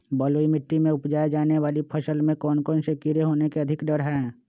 बलुई मिट्टी में उपजाय जाने वाली फसल में कौन कौन से कीड़े होने के अधिक डर हैं?